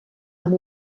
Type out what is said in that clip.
amb